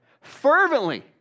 fervently